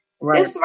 right